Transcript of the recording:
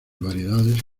variedades